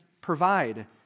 provide